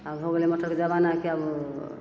आब हो गेलै मोटरके जमाना कि आब